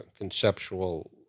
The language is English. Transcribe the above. conceptual